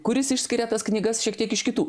kuris išskiria tas knygas šiek tiek iš kitų